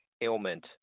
ailment